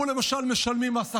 אנחנו למשל משלמים מס הכנסה,